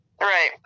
Right